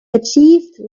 achieved